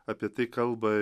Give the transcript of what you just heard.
apie tai kalba